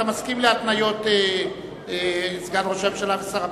אתה מסכים להתניות סגן ראש הממשלה ושר הפנים,